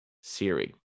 Siri